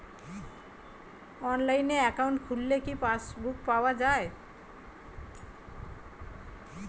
অনলাইনে একাউন্ট খুললে কি পাসবুক পাওয়া যায়?